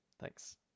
Thanks